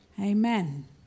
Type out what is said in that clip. amen